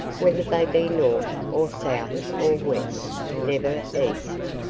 whether they be north or south or west never east.